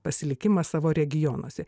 pasilikimą savo regionuose